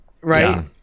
Right